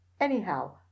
anyhow